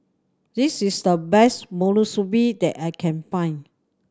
this is the best Monsunabe that I can find